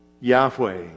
Yahweh